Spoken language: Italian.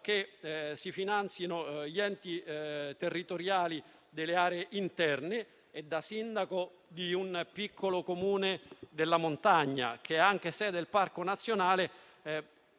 che si finanzieranno gli enti territoriali delle aree interne e, da sindaco di un piccolo Comune della montagna che è anche sede di Parco nazionale,